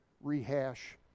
rehash